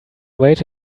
wait